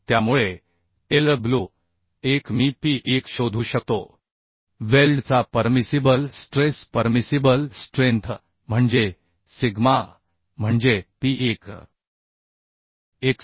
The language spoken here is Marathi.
त्यामुळे Lw1 मी P1 शोधू शकतो वेल्डचा परमिसिबल स्ट्रेस परमिसिबल स्ट्रेंथ म्हणजे सिग्मा म्हणजे P 1